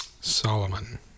Solomon